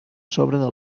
sobre